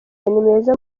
nimeza